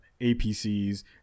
APCs